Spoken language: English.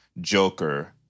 Joker